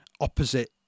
opposite